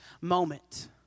moment